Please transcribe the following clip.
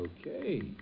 okay